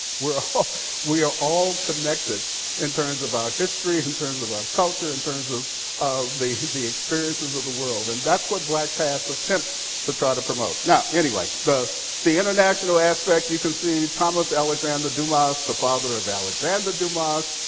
we are and we are all connected in terms of our history, in terms of our culture, in terms of of the the experiences of the world. and that's what blackpast attempts to try to promote. now anyway, the the international aspect you can see, thomas alexander dumas, the father of alexander dumas,